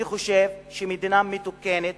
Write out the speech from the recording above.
אני חושב שמדינה מתוקנת